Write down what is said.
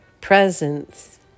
presence